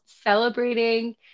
celebrating